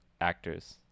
actors